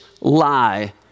lie